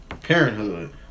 parenthood